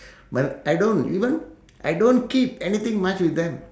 but I don't even I don't keep anything much with them